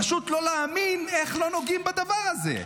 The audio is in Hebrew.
פשוט לא להאמין איך לא נוגעים בדבר הזה.